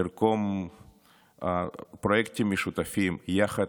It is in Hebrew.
לרקום פרויקטים משותפים יחד,